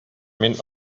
мин